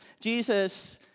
Jesus